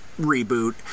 reboot